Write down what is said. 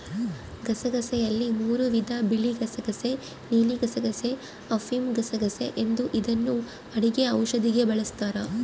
ಗಸಗಸೆಯಲ್ಲಿ ಮೂರೂ ವಿಧ ಬಿಳಿಗಸಗಸೆ ನೀಲಿಗಸಗಸೆ, ಅಫಿಮುಗಸಗಸೆ ಎಂದು ಇದನ್ನು ಅಡುಗೆ ಔಷಧಿಗೆ ಬಳಸ್ತಾರ